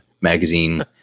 magazine